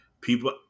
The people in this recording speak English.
people